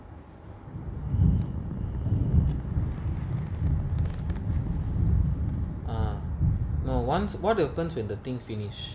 err no one's what happens when the thing finish